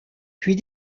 puis